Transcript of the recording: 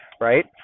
right